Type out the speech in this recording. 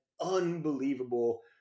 unbelievable